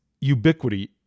ubiquity